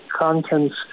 contents